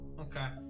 Okay